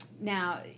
now